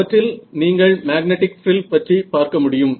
அவற்றில் நீங்கள் மேக்னெட்டிக் ஃப்ரில் பற்றி பார்க்க முடியும்